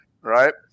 right